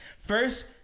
First